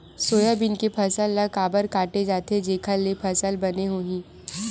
Soybean के फसल ल काबर काटे जाथे जेखर ले फसल बने होही?